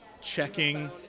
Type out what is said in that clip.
checking